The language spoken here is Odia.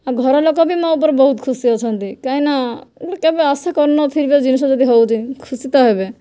ଆଉ ଘର ଲୋକ ବି ମୋ ଉପରେ ବହୁତ ଖୁସି ଅଛନ୍ତି କାହିଁନା ଗୋଟିଏ କେବେ ଆଶା କରିନଥିବା ଜିନିଷ ଯଦି ହେଉଛି ଖୁସି ତ ହେବେ